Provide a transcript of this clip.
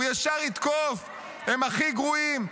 הוא ישר יתקוף: הם הכי גרועים,